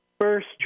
first